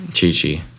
Chi-Chi